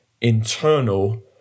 internal